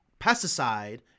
pesticide